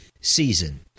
season